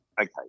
Okay